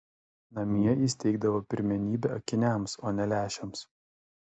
namie jis teikdavo pirmenybę akiniams o ne lęšiams